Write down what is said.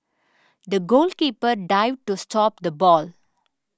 the goalkeeper dived to stop the ball